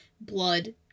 blood